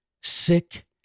sick